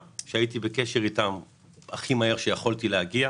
יצרתי קשר מהיר עם המשרד לאיכות הסביבה,